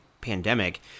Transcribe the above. pandemic